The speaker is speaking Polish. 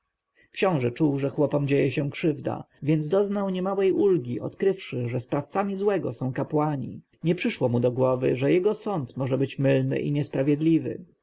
książę czuł że chłopom dzieje się krzywda więc doznał niemałej ulgi odkrywszy że sprawcami złego są kapłani nie przyszło mu do głowy że jego sąd może być mylny i niesprawiedliwy